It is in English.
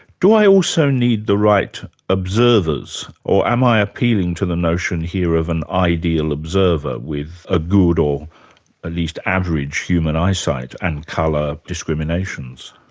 do i also need the right observers, or am i appealing to the notion here of an ideal observer with a good or at least average human eyesight, and colour discriminations?